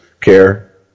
care